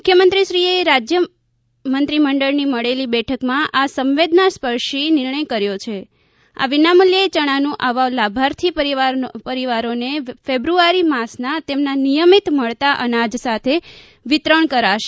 મુખ્યમંત્રીશ્રીએ રાજ્ય મંત્રીમંડળની મળેલી બેઠકમાં આ સંવેદનાસ્પર્શી નિર્ણય કર્યો છે આ વિનામૂલ્યે યણાનું આવા લાભાર્થી પરિવારોને ફેબ્રુઆરી માસના તેમના નિયમીત મળતા અનાજ સાથે વિતરણ કરાશે